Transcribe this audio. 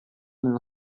nella